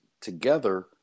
together